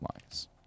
lines